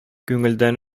күңелдән